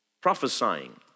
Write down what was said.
prophesying